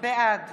בעד